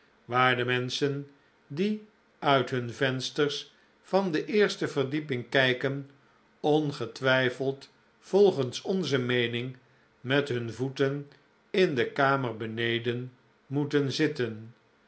de menschen die uit hun vensters van de eerste verdieping kijken ongetwijfeld volgens onze meening met hun voeten in de kamer beneden moeten zitten